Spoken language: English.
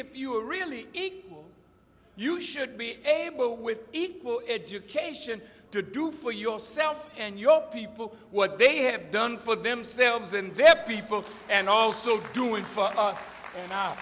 if you really dig you should be able with equal education to do for yourself and your people what they have done for themselves and their people and also doing